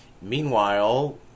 Meanwhile